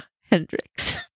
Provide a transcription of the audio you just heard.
hendrix